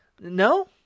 no